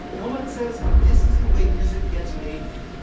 illmind says this is the way music gets made now.